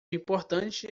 importante